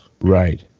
Right